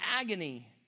agony